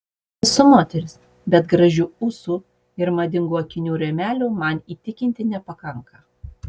esu moteris bet gražių ūsų ir madingų akinių rėmelių man įtikinti nepakanka